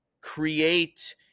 create